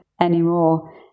anymore